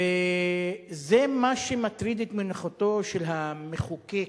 וזה מה שמטריד את מנוחתו של המחוקק,